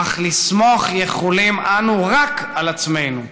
אך לסמוך יכולים אנו רק על עצמנו".